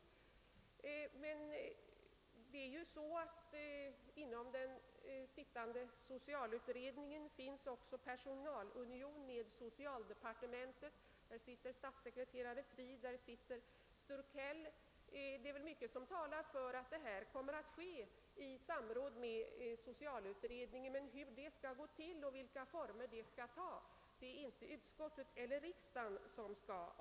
Den socialutredning som är tillsatt har också personalunion med socialdepartementet; statssekreteraren Fridh och herr Sturkell deltar i utredningen. Mycket talar för att en utredning skall göras i samråd med socialutredningen, men vilka former detta samråd skall ta skall varken utskottet eller riksdagen avgöra.